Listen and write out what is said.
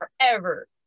forever